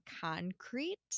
concrete